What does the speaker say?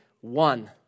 one